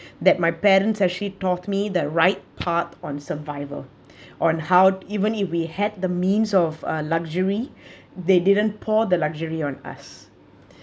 that my parents actually taught me the right part on survival on how even if we had the means of a luxury they didn't pour the luxury on us